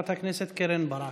חברת הכנסת קרן ברק,